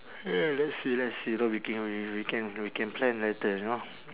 ya let's see let's see no we can we we can we can plan later you know